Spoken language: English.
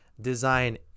design